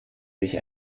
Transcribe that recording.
sich